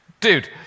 Dude